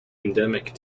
endemic